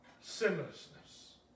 Sinlessness